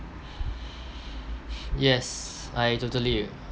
yes I totally